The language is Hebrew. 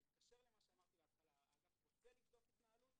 זה מתקשר למה שאמרתי בהתחלה האגף רוצה לבדוק התנהלות.